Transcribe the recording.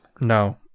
No